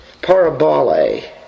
parabole